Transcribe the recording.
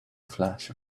flash